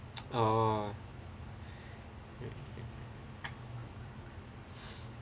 oh